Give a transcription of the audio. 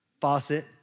faucet